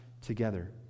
together